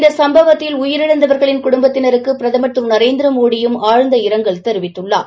இந்த சும்பவத்தில் உயிரிழந்தவர்களின் குடுமபத்தினருக்கு பிரதமர் திரு நரேந்திரமோடியும் ஆழ்ந்த இரங்கல் தெரிவித்துள்ளார்